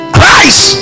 Christ